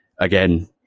Again